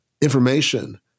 information